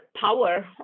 power